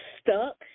stuck